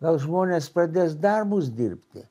gal žmonės pradės darbus dirbti